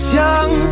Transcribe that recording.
young